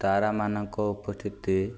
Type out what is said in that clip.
ତାରାମାନଙ୍କ ଉପସ୍ଥିତି